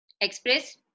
express